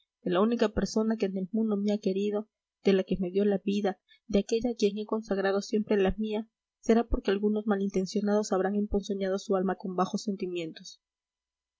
la única persona que en el mundo me ha querido de la que me dio la vida de aquella a quien he consagrado siempre la mía será porque algunos malintencionados habrán emponzoñado su alma con bajos sentimientos